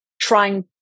trying